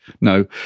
No